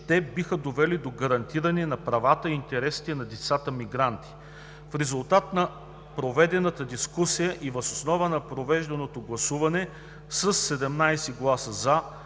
че те биха довели до гарантиране на правата и интересите на децата мигранти. В резултат на проведената дискусия и въз основа на проведеното гласуване със 17 гласа